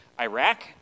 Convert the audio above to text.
Iraq